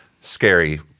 scary